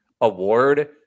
award